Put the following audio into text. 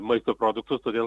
maisto produktus todėl